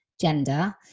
gender